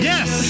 Yes